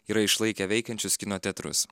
yra išlaikę veikiančius kino teatrus